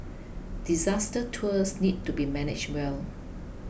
disaster tours need to be managed well